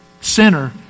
sinner